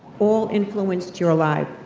all influenced your life.